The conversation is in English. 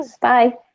bye